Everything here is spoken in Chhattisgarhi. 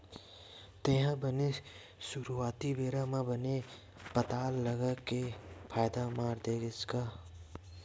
तेहा बने सुरुवाती बेरा म बने पताल लगा के फायदा मार देस गा?